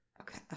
Okay